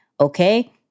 okay